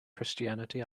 christianity